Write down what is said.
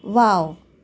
wow